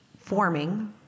forming